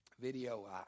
video